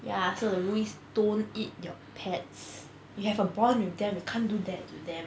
ya so the rule is don't eat your pets you have a bond with them you can't do that to them